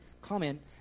comment